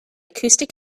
acoustic